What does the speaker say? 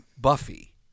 Buffy